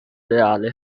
ideale